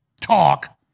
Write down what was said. talk